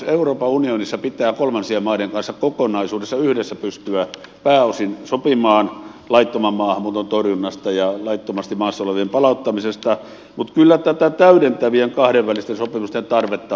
euroopan unionissa pitää kolmansien maiden kanssa kokonaisuudessa yhdessä pystyä pääosin sopimaan laittoman maahanmuuton torjunnasta ja laittomasti maassa olevien palauttamisesta mutta kyllä tätä täydentävien kahdenvälisten sopimusten tarvetta on